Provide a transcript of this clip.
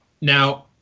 Now